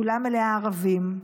כולה מלאה ערבים,